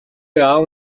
аав